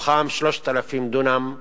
מתוכם 3,000 דונם בנייה.